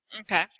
Okay